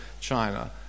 China